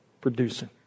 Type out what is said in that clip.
producing